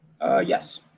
Yes